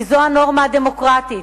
כי זאת הנורמה הדמוקרטית.